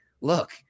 look